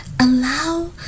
Allow